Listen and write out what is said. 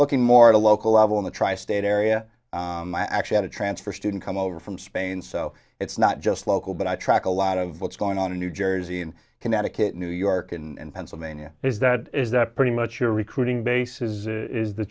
looking more at a local level in the tri state area i actually had a transfer student come over from spain so it's not just local but i track a lot of what's going on in new jersey and connecticut new york and pennsylvania is that is that pretty much your recruiting base is